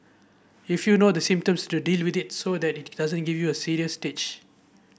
if you know the symptoms to deal with it so that it doesn't give you a serious stage